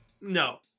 No